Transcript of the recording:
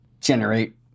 generate